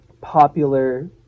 popular